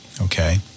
okay